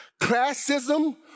classism